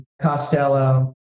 Costello